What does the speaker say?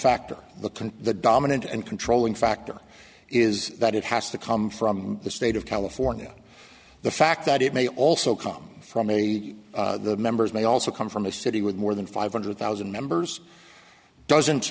factor the can the dominant and controlling factor is that it has to come from the state of california the fact that it may also come from a the members may also come from a city with more than five hundred thousand members doesn't